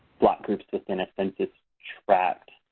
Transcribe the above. block groups within a census tract